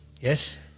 Yes